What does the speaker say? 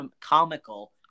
comical